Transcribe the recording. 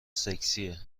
سکسیه